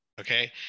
okay